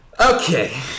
Okay